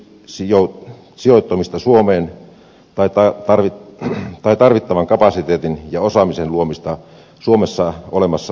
se joka edellyttää palvelunantajan sijoittumista suomeen tai tarvittavan kapasiteetin ja osaamisen luomista suomessa olemassa olevaan teollisuuteen